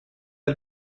del